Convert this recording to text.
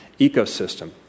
ecosystem